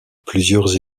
plusieurs